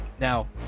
Now